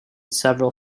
several